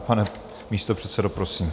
Pane místopředsedo, prosím.